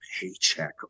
paycheck